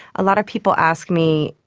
a lot of people ask me,